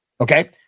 Okay